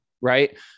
Right